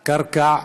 של קרקע,